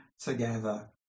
together